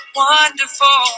wonderful